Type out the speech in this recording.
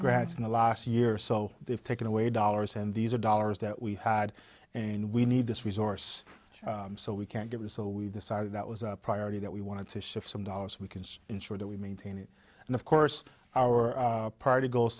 grants in the last year or so they've taken away dollars and these are dollars that we had and we need this resource so we can get it so we decided that was a priority that we wanted to shift some dollars we can ensure that we maintain it and of course our party go